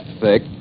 thick